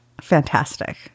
Fantastic